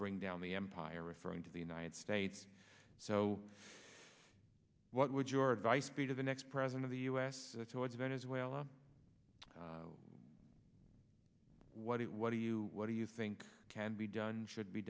bring down the empire referring to the united states so what would your advice be to the next president of the u s towards venezuela what it what do you what do you think can be done should be